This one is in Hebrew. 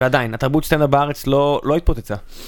ועדיין התרבות שלנו בארץ לא התפוצצה